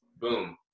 boom